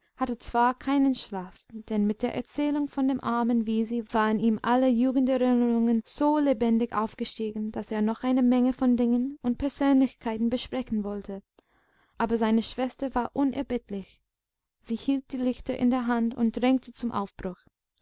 hatte zwar keinen schlaf denn mit der erzählung von dem armen wisi waren ihm alle jugenderinnerungen so lebendig aufgestiegen daß er noch eine menge von dingen und persönlichkeiten besprechen wollte aber seine schwester war unerbittlich sie hielt die lichter in der hand und drängte zum aufbruch